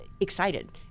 excited